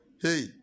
hey